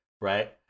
Right